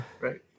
Right